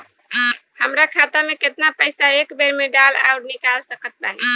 हमार खाता मे केतना पईसा एक बेर मे डाल आऊर निकाल सकत बानी?